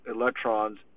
electrons